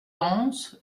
anse